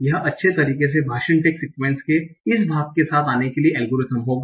यह अच्छे तरीके से भाषण टैग सिक्यूएन्स के इस भाग के साथ आने के लिए एल्गोरिदम होगा